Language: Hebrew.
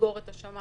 לסגור את השמים?